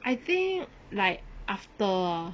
I think like after ah